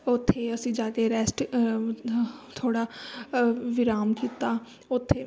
ਉੱਥੇ ਅਸੀਂ ਜਾ ਕੇ ਰੈਸਟ ਥੋੜ੍ਹਾ ਵਿਰਾਮ ਕੀਤਾ ਉੱਥੇ